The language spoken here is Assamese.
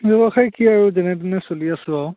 ব্যৱসায় কি আৰু যেনে তেনে চলি আছোঁ আৰু